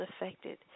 affected